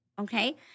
okay